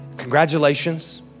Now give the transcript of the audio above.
Congratulations